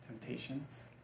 Temptations